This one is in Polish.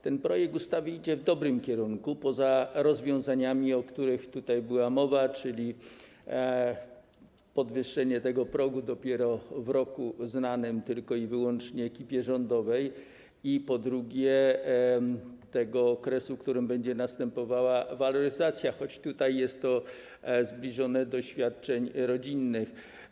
Ten projekt ustawy idzie w dobrym kierunku, poza rozwiązaniami, o których tutaj była mowa, czyli poza podwyższeniem tego progu dopiero w roku znanym tylko i wyłącznie ekipie rządowej i poza tym okresem, w którym będzie następowała waloryzacja, choć tutaj jest to zbliżone do świadczeń rodzinnych.